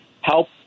help